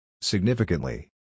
Significantly